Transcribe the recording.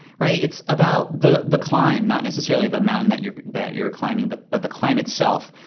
right? it's about the the climb not necessarily the mountain that you're that you're climbing, but but the climb itself.